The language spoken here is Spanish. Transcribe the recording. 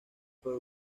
fue